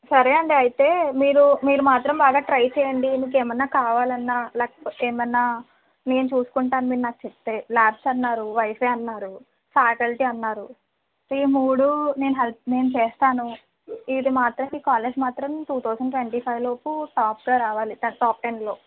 సరే అండి అయితే మీరు మీరు మాత్రం బాగా ట్రై చేయండి మీకేమన్న కావాలన్నా లేకపోతే ఏమన్నా నేను చూసుకుంటాను మీరు నాకు చెప్తే లాడ్జ్ అన్నారు వైఫై అన్నారు ఫ్యాకల్టీ అన్నారు ఈ మూడు నేను హె నేను చేస్తాను ఇది మాత్రం ఈ కాలేజ్ మాత్రం టూ థౌసండ్ ట్వంటీ ఫైవ్లోపు టాప్గా రావాలి టాప్ టెన్లో